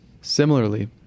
Similarly